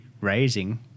raising